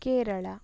Kerala